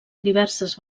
diverses